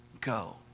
go